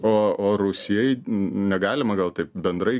o o rusijai negalima gal taip bendrai